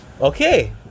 Okay